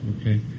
okay